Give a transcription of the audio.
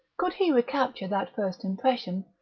could he recapture that first impression,